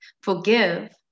Forgive